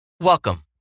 Welcome